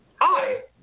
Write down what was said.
Hi